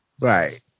right